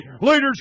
Leaders